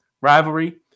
rivalry